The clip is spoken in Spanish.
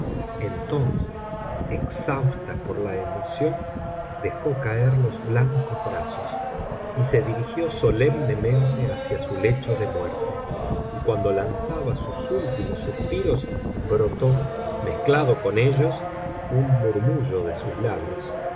entonces exhausta por la emoción dejó caer los blancos brazos y se dirigió solemnemente hacia su lecho de muerte y cuando lanzaba sus últimos suspiros brotó mezclado con ellos un murmullo de sus labios